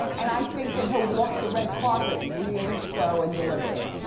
and and i think that he'll walk the red carpet really slow and deliberate.